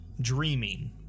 dreaming